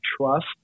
trust